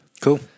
Cool